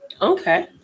Okay